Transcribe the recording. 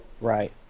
Right